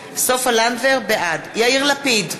בעד יאיר לפיד,